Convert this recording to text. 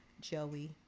joey